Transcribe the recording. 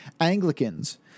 Anglicans